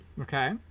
Okay